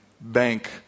bank